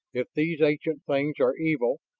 if these ancient things are evil,